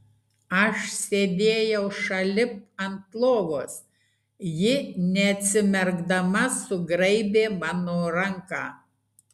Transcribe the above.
aš sėdėjau šalip ant lovos ji neatsimerkdama sugraibė mano ranką